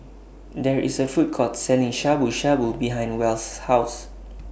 There IS A Food Court Selling Shabu Shabu behind Wells' House